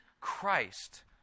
Christ